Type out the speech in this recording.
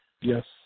yes